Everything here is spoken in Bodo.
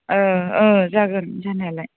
औ औ जागोन जानायालाय